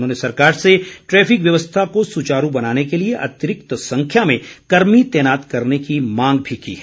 उन्होंने सरकार से ट्रैफिक व्यवस्था को सुचारू बनाने के लिए अतिरिक्त संख्या में कर्मी तैनात करने की मांग की है